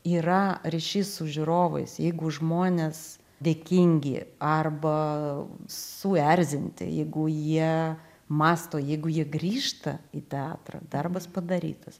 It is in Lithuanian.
yra ryšys su žiūrovais jeigu žmonės dėkingi arba suerzinti jeigu jie mąsto jeigu jie grįžta į teatrą darbas padarytas